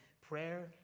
prayer